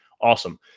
Awesome